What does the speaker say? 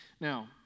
Now